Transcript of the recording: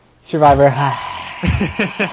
Survivor